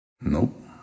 Nope